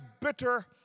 bitter